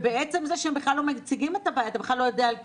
ובעצם זה שהם בכלל לא מציגים את הבעיה אתה בכלל לא יודע על קיומה.